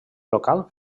local